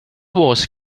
was